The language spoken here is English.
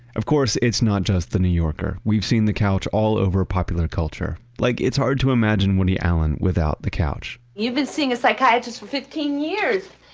of course, it's not just the new yorker. we've seen the couch all over popular culture like it's hard to imagine woody allan without the couch you've been seeing a psychiatrist for fifteen years.